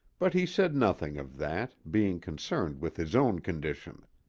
but he said nothing of that, being concerned with his own condition.